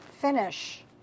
finish